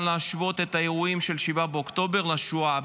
להשוות את האירועים של 7 באוקטובר לשואה.